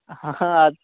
हाँ हाँ